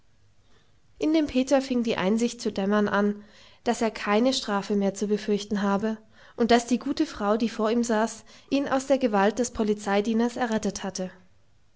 in dem peter fing die einsicht aufzudämmern an daß er keine strafe mehr zu befürchten habe und daß die gute frau die vor ihm saß ihn aus der gewalt des polizeidieners errettet hatte